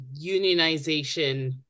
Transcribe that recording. unionization